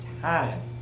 time